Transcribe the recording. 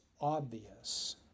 obvious